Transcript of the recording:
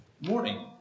morning